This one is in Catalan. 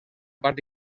part